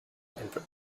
and